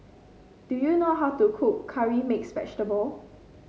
do you know how to cook Curry Mixed Vegetable